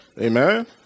Amen